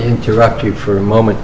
interrupt you for a moment